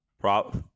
prop